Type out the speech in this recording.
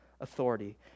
authority